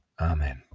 Amen